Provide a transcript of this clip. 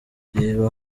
reba